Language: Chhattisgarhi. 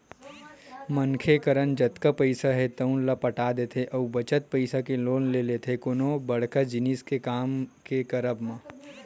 मनखे करन जतका पइसा हे तउन ल पटा देथे अउ बचत पइसा के लोन ले लेथे कोनो बड़का जिनिस के काम के करब म